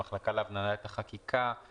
המחלקה להבניית החקיקה,